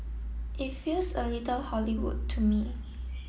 it feels a little Hollywood to me